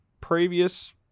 previous